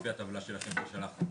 לפי הטבלה שלכם ששלחתם.